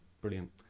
brilliant